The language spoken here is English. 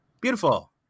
Beautiful